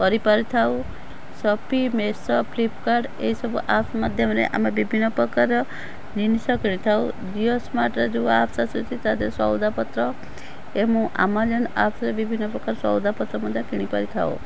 କରିପାରିଥାଉ ଶପି ମେଷୋ ଫ୍ଲିପକାର୍ଟ ଏଇସବୁ ଆପ୍ ମାଧ୍ୟମରେ ଆମେ ବିଭନ୍ନ ପ୍ରକାର ଜିନିଷ କିଣିଥାଉ ଜିଓ ସ୍ମାର୍ଟରେ ଯେଉଁ ଆପ୍ସ ଆସୁଛି ତା'ଦେହରେ ସଉଦା ପତ୍ର ଏବଂ ଆମାଜନ୍ ଆପ୍ସରେ ବି ବିଭିନ୍ନ ପ୍ରକାର ସଉଦା ପତ୍ର କିଣିଥାଉ